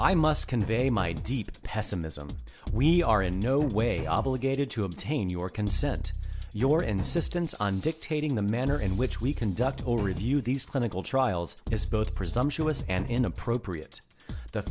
i must convey my deep pessimism we are in no way obligated to obtain your consent your insistence on dictating the manner in which we conduct all review these clinical trials because both presumptuous and inappropriate the